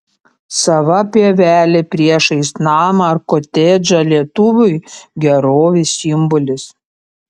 sava pievelė priešais namą ar kotedžą lietuviui gerovės simbolis